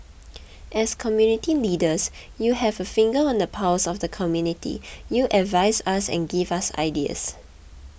as community leaders you have a finger on the pulse of the community you advise us and give us ideas